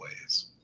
ways